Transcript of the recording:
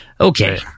okay